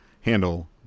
handle